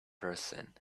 person